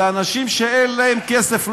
אלה אנשים שאין להם כסף.